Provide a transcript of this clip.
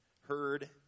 heard